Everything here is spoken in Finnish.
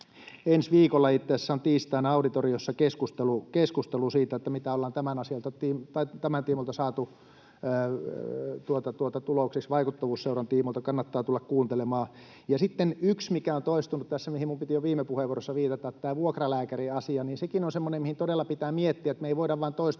ensi viikolla, itse asiassa tiistaina, on auditoriossa keskustelu siitä, mitä ollaan tämän tiimoilta saatu tulokseksi, vaikuttavuusseurannan tiimoilta. Kannattaa tulla kuuntelemaan. Ja sitten yksi, mikä on toistunut tässä ja mihin minun piti jo viime puheenvuorossa viitata, on tämä vuokralääkäriasia. Sekin on semmoinen, mitä todella pitää miettiä. Me ei voida vain toistuvasti